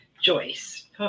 Joyce